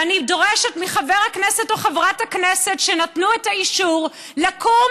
ואני דורשת מחבר הכנסת או חברת הכנסת שנתנו את האישור לקום